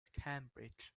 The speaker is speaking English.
cambridge